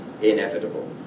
inevitable